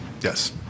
yes